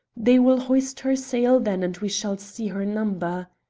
they will hoist her sail then and we shall see her number.